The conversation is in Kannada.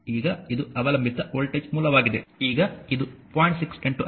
ಈಗ ಇದು ಅವಲಂಬಿತ ವೋಲ್ಟೇಜ್ ಮೂಲವಾಗಿದೆ ಈಗ ಇದು 0